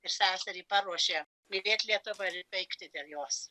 ir seserį paruošė mylėt lietuvą ir veikti dėl jos